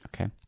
Okay